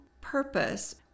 purpose